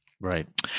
Right